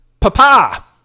papa